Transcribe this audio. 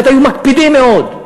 אחרת היו מקפידים מאוד.